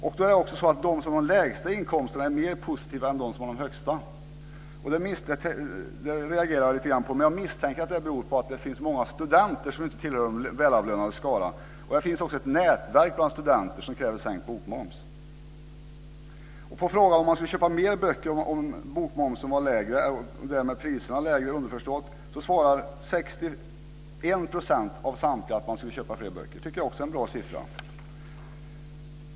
Det är också så att de som har de lägsta inkomsterna är mer positiva än de som har de högsta. Jag reagerade lite grann på det, men jag misstänker att det beror på att många av de svarande är studenter, som ju inte tillhör de välavlönades skara. Det finns också ett nätverk bland studenter som kräver sänkt bokmoms. På frågan om man skulle köpa mer böcker om bokmomsen var lägre, underförstått om priserna var lägre, svarar 61 % av samtliga att man skulle göra det. Det tycker jag också är en bra siffra.